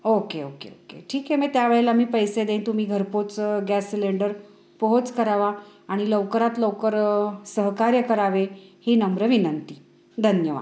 okay okay okay ठीक आहे मी त्या वेळेला आम्ही पैसे देईन तुम्ही घरपोच गॅस सिलेंडर पोच करावा आणि लवकरात लवकर सहकार्य करावे ही नम्र विनंती धन्यवाद